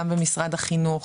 גם במשרד החינוך